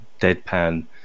deadpan